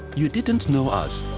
you didn't know us,